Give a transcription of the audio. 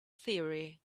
theory